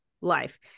life